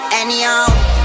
anyhow